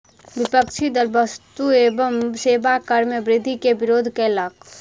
विपक्षी दल वस्तु एवं सेवा कर मे वृद्धि के विरोध कयलक